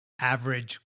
average